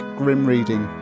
grimreading